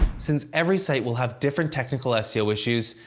since every site will have different technical seo issues,